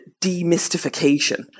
demystification